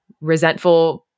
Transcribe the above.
resentful